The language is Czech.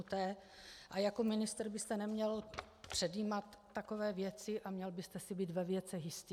A jako ministr byste neměl předjímat takové věci a měl byste si být ve věcech jistý.